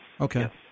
Okay